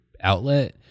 outlet